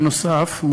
נוסף על כך,